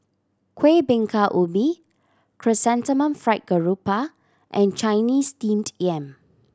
Kuih Bingka Ubi Chrysanthemum Fried Garoupa and Chinese Steamed Yam